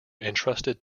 entrusted